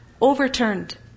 overturned